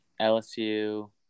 LSU